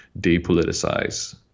depoliticize